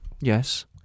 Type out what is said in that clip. Yes